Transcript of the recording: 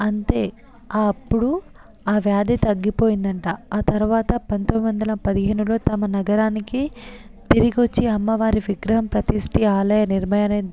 అంతే అప్పుడు ఆ వ్యాధి తగ్గిపోయిందట ఆ తర్వాత పంతొమ్మిది వందల పదిహేనులో తమ నగరానికి తిరిగి వచ్చి అమ్మవారి విగ్రహం ప్రతిష్ఠి ఆలయ నిర్మాణం